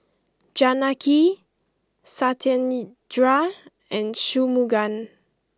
Janaki Satyendra and Shunmugam